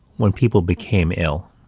when people became ill,